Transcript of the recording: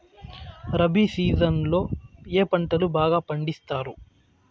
rabi season లో ఏ పంటలు బాగా పండిస్తారు